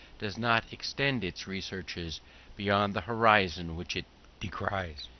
does not extend its researches beyond the horizon which it descries.